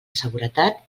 seguretat